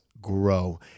grow